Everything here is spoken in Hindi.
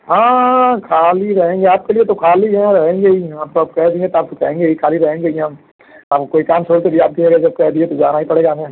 हाँ खाली रहेंगे आपके लिए तो खाली हाँ रहेंगे ही अब तो आप कह दिए हैं अब तो जाएंगे ही खाली रहेंगे ही हम अब कोई काम छोड़कर भी आपकी वजह से जब कह दिए तो जाना ही पड़ेगा हमें